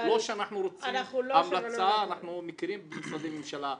אנחנו מכירים את משרדי הממשלה,